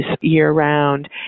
year-round